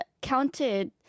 counted